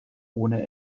ohne